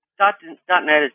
Dot-net